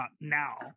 now